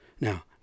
Now